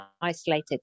isolated